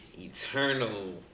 eternal